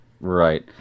Right